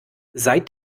seit